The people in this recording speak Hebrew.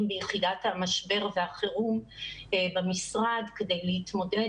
ביחידת המשבר והחירום במשרד כדי להתמודד,